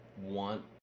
want